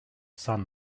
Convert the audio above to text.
sun